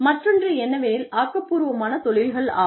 மற்றொன்று என்னவெனில் ஆக்கப்பூர்வமான தொழில்கள் ஆகும்